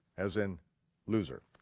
as in loser.